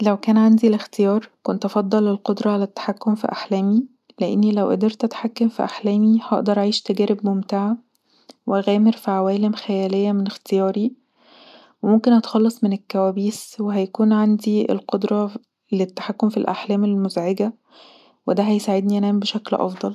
لو كان عندي الاختيار كنت أفضل القدره علي التحكم في أحلامي لأني لو قدرت اتحكم في احلامس هقدر أعيش تجارب ممتعه واغامر في عوالم خيالية من اختياري وممكن اتخلص من الكوابيس وهيكون عندي القدره للتحكم في الأحلام المزعجه وده هيساعدني أنام بشكل أفضل